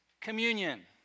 Communion